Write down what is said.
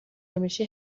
میشی